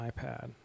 iPad